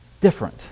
different